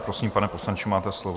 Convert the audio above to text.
Prosím, pane poslanče, máte slovo.